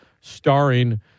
starring